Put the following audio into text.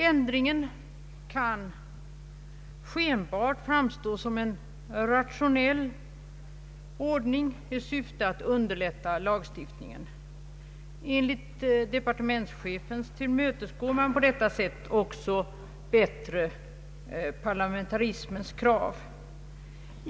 Ändringen kan skenbart framstå som en rationell ordning med syfte att underlätta lagstiftningen. Enligt departementschefen tillmötesgår man på detta sätt också bättre parlamentarismens krav.